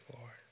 Lord